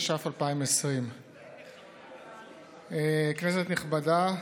התש"ף 2020. כנסת נכבדה,